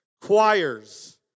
choirs